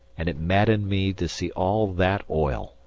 and it maddened me to see all that oil,